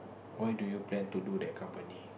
why do you plan to do that company